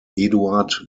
eduard